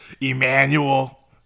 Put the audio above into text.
Emmanuel